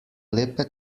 lepe